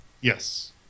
Yes